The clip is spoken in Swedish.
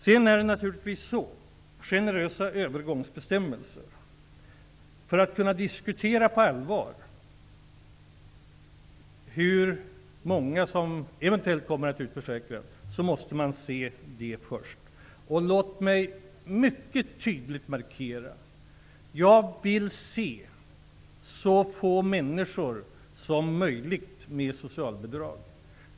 Johnny Ahlqvist talar om generösa övergångsbestämmelser. För att kunna diskutera detta på allvar måste man först se hur många som eventuellt kommer att bli utförsäkrade. Låt mig mycket tydligt markera att jag vill se så få människor som möjligt med socialbidrag.